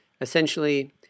Essentially